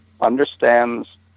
understands